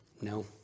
No